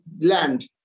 land